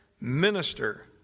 minister